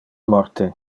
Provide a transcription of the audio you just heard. morte